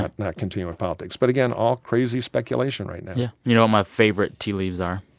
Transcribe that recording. not not continue on politics but again, all crazy speculation right now yeah you know what my favorite tea leaves are?